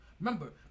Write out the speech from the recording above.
Remember